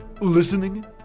listening